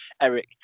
Eric